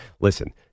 listen